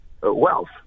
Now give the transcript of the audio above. wealth